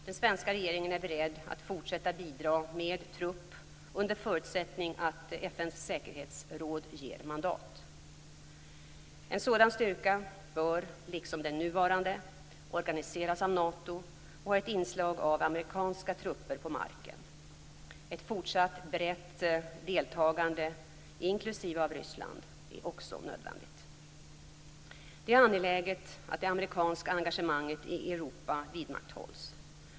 Den svenska regeringen är beredd att fortsätta bidra med trupp under förutsättning att FN:s säkerhetsråd ger mandat. En sådan styrka bör, liksom den nuvarande, organiseras av Nato och ha ett inslag av amerikanska trupper på marken. Ett fortsatt brett deltagande, inklusive av Ryssland, är också nödvändigt. Det är angeläget att det amerikanska engagemanget i Europa vidmakthålls.